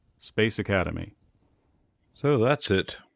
space academy so that's it,